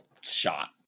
shot